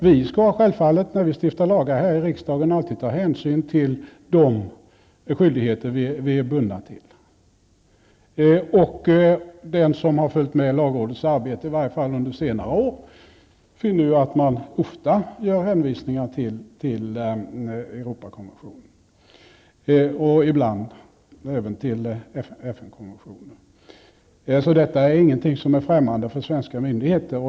Vi skall självfallet, när vi stiftar lagar här i riksdagen, alltid ta hänsyn till de skyldigheter vi är bundna till. Och den som följt lagrådets arbete, i varje fall under senare år, finner att man ofta gör hänvisningar till Europakonventionen, och ibland även till FN konventioner. Detta är alltså ingenting som är främmande för svenska myndigheter.